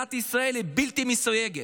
למדינת ישראל היא בלתי מסויגת.